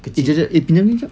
eh jap jap pinjam ni jap